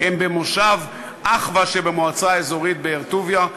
הם במושב אחווה שבמועצה האזורית באר-טוביה,